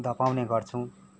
धपाउने गर्छौँ